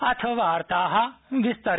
अथ वार्ताः विस्तेरण